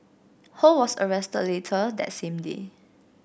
Ho was arrested later that same day